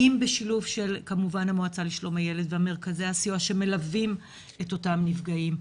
אם בשילוב של המועצה לשלום הילד ומרכזי הסיוע שמלווים את אותם נפגעים,